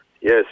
yes